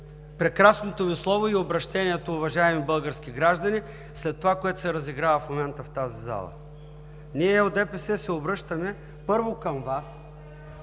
прекрасното Ви слово и обръщението „Уважаеми български граждани“, след това, което се разиграва в момента в тази зала? Ние от ДПС се обръщаме първо към Вас